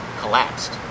collapsed